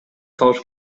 салыш